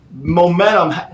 Momentum